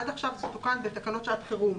עד עכשיו זה תוקן בתקנות שעת חירום